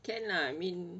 can lah I mean